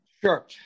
Sure